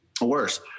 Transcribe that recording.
worse